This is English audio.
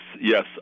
Yes